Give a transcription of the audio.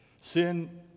Sin